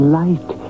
light